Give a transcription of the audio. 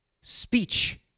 Speech